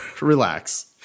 relax